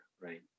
right